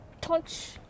touch